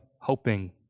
hoping